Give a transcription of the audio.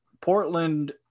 Portland